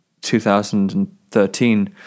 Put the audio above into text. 2013